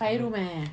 five room eh